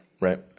right